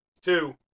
two